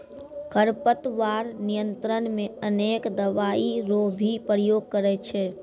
खरपतवार नियंत्रण मे अनेक दवाई रो भी प्रयोग करे छै